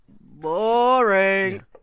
boring